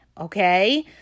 Okay